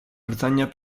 bretagna